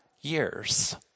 years